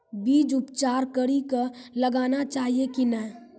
बीज उपचार कड़ी कऽ लगाना चाहिए कि नैय?